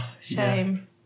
Shame